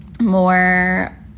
more